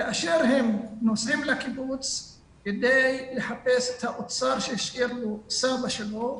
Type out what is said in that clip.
כאשר הם נוסעים לקיבוץ כדי לחפש את האוצר ששם סבא שלו.